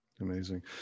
Amazing